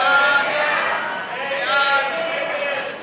ההסתייגויות (13) לחלופין ג' ה' של